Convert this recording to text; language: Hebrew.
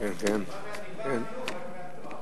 נגמר הנאום רק מהתואר.